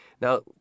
Now